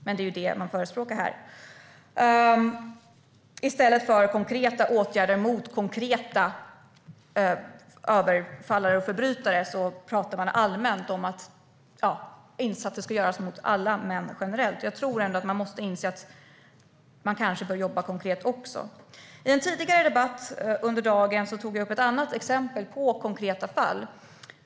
Men det är det man förespråkar här. I stället för konkreta åtgärder emot konkreta förbrytare pratar man om att insatser ska göras mot alla män generellt. Jag tror att man måste inse att man även bör jobba konkret. I en tidigare debatt under dagen tog jag upp ett annat exempel på konkreta fall.